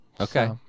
okay